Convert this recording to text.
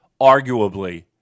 arguably